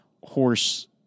horse